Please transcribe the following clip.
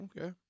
Okay